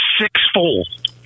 sixfold